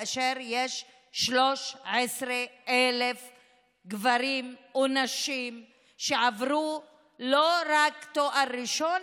כאשר יש 13,000 גברים או נשים שעברו לא רק תואר ראשון